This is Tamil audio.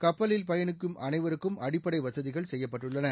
கப்பலில் பயணிக்கும் அனைவருக்கும் அடிப்படை வசதிகள் செய்யபபட்டுள்ளன